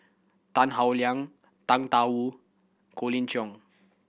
Tan Howe Liang Tang Da Wu Colin Cheong